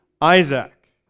Isaac